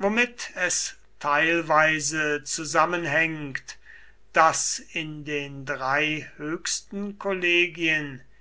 womit es teilweise zusammenhängt daß in den drei höchsten kollegien